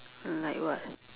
like what